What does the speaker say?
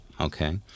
okay